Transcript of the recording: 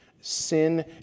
sin